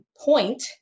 point